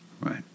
Right